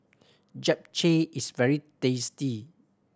japchae is very tasty